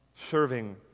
serving